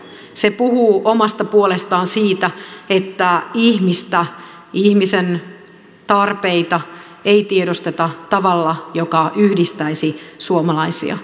se puhuu omasta puolestaan siitä että ihmistä ihmisen tarpeita ei tiedosteta tavalla joka yhdistäisi suomalaisia